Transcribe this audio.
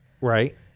Right